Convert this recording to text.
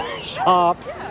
shops